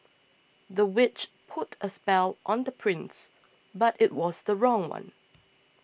the witch put a spell on the prince but it was the wrong one